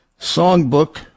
Songbook